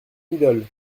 idole